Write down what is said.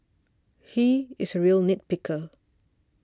he is a real nit picker